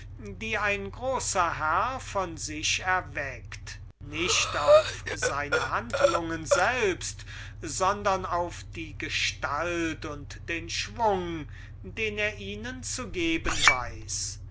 die ein großer herr von sich erweckt nicht auf seine handlungen selbst sondern auf die gestalt und den schwung den er ihnen zu geben weiß